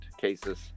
cases